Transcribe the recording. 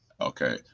Okay